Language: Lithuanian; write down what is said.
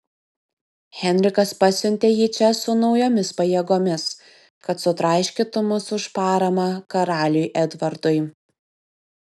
henrikas pasiuntė jį čia su naujomis pajėgomis kad sutraiškytų mus už paramą karaliui edvardui